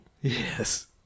Yes